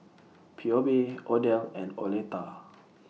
Pheobe Odell and Oleta